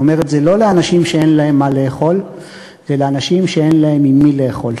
היא אומרת: "זה לא לאנשים שאין להם מה לאכול,